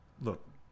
look